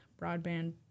broadband